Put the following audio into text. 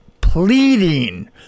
pleading